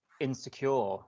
insecure